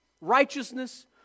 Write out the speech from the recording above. righteousness